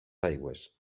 aigües